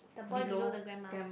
the boy below the grandma